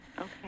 Okay